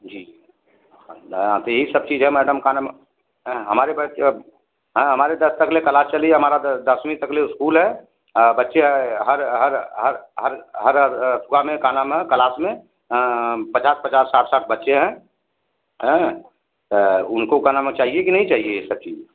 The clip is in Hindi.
जी हाँ तो यही सब चीज़ है मैडम का नाम है हमारे बच्च हाँ हमारे दस तकले क्लास चली हमारा दसवीं तकले स्कूल है बच्चे हर युवा में का नाम है क्लास में पचास पचास साठ साठ बच्चे है हैं उनको का नाम है चाहिए कि नहीं चाहिए यह सब ची